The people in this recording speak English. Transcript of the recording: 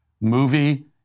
movie